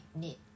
need